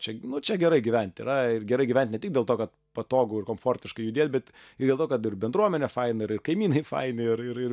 čia nu čia gerai gyvent yra ir gerai gyvent ne tik dėl to kad patogu ir komfortiška judėt bet ir dėl to kad ir bendruomenė faina ir kaimynai faini ir ir ir